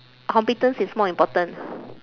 competence is more important